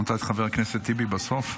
שמת את חבר הכנסת טיבי בסוף?